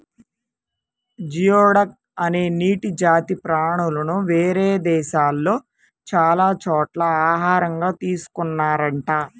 geoduck అనే నీటి జాతి ప్రాణులను వేరే దేశాల్లో చాలా చోట్ల ఆహారంగా తీసుకున్తున్నారంట